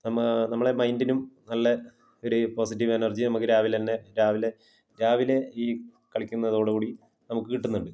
നമ്മളെ മൈന്ഡിനും നല്ല ഒരു പോസിറ്റീവ് എനര്ജി നമുക്ക് രാവിലെ തന്നെ രാവിലെ രാവിലെ ഈ കളിക്കുന്നതോടു കൂടി നമുക്ക് കിട്ടുന്നുണ്ട്